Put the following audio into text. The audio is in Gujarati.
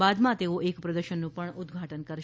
બાદમાં તેઓ એક પ્રદર્શનનું ઉદઘાટન કરશે